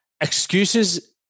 excuses